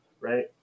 right